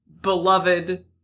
beloved